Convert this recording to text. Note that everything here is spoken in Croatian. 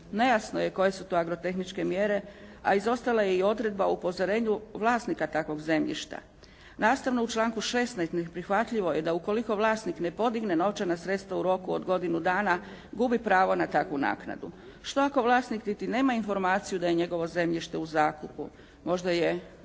Nejasno je koje su to agrotehničke mjere a izostala je i odredba o upozorenju vlasnika takvog zemljišta. Nastavno u članku 16. neprihvatljivo je da ukoliko vlasnik ne podigne novčana sredstva u roku od godinu dana gubi pravo na takvu naknadu. Što ako vlasnik niti nema informaciju da je njegovo zemljište u zakupu? Možda je